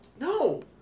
No